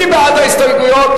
מי בעד ההסתייגויות?